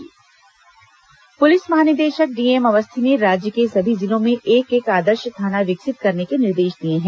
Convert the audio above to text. DGP आदर्श थाना पुलिस महानिदेशक डी एम अवस्थी ने राज्य के सभी जिलों में एक एक आदर्श थाना विकसित करने के निर्देश दिए हैं